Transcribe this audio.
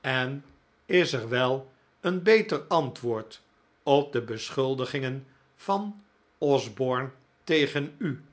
en is er wel een beter antwoord op de beschuldigingen van osborne tegen u